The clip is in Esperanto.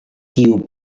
kiu